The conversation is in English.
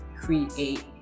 create